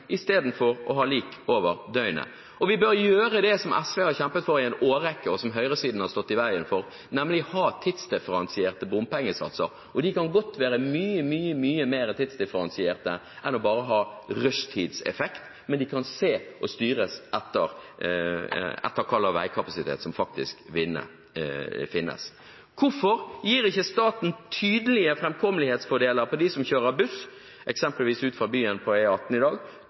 istedenfor å ha lik pris hele døgnet. Og vi bør gjøre det som SV har kjempet for i en årrekke og som høyresiden har stått i veien for, nemlig å ha tidsdifferensierte bompengesatser. De kan godt være mye mer tidsdifferensierte enn bare å ha rushtidseffekt, men de kan se og styres etter hvilken veikapasitet som faktisk finnes. Hvorfor gir ikke staten tydelige framkommelighetsfordeler for dem som kjører buss, eksempelvis ut fra byen på E18 i dag,